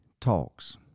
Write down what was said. Talks